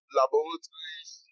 laboratories